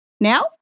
Now